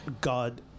God